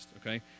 okay